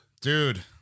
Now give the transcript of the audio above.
Dude